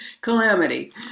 calamity